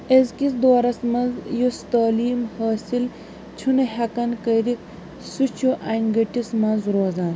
آزکِس دورَس منٛز یُس تعلیٖم حٲصِل چھُنہٕ ہیٚکان کٔرِتھ سُہ چھُ اَنۍ گٔٹِس منٛز روزان